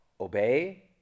obey